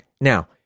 Now